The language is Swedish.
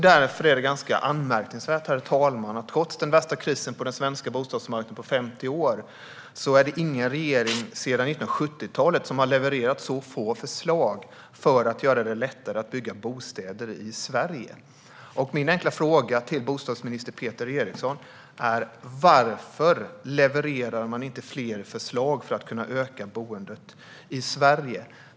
Därför är det ganska anmärkningsvärt, herr talman, att trots den värsta krisen på 50 år på den svenska bostadsmarknaden är det ingen regering sedan 1970-talet som har levererat så få förslag för att göra det lättare att bygga bostäder i Sverige som den nuvarande. Min enkla fråga till bostadsminister Peter Eriksson är: Varför levererar man inte fler förslag för att kunna öka bostadsbyggandet i Sverige?